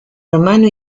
hermano